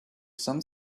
some